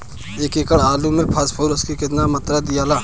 एक एकड़ आलू मे फास्फोरस के केतना मात्रा दियाला?